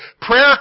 Prayer